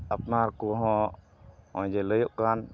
ᱟᱯᱱᱟᱨ ᱠᱚᱦᱚᱸ ᱱᱚᱜᱼᱚᱭ ᱡᱮ ᱞᱟᱹᱭᱚᱜ ᱠᱟᱱ